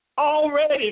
already